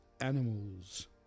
animals